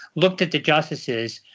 looked at the justices,